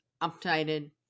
updated